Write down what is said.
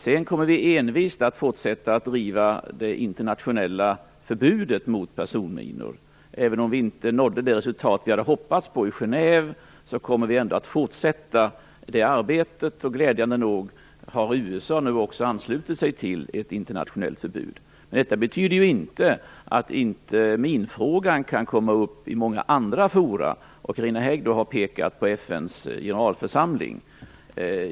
Sedan kommer vi envist att fortsätta att driva det internationella förbudet mot personminor. Även om vi inte nådde det resultat vi hade hoppats på i Genève, kommer vi ändå att fortsätta det arbetet. Glädjande nog har USA också anslutit sig till ett internationellt förbud. Detta betyder inte att inte minfrågan kan komma upp i många andra fora. Carina Hägg har pekat på FN:s generalförsamling.